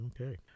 Okay